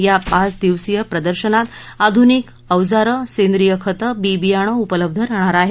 या पाच दिवसीय प्रर्दशनात आधुनिक अवजारं सेंद्रिय खतं बी बियाणे उपलब्ध राहणार आहेत